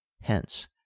hence